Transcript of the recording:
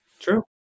True